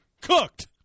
cooked